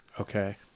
okay